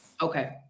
Okay